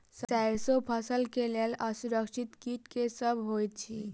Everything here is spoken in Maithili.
सैरसो फसल केँ लेल असुरक्षित कीट केँ सब होइत अछि?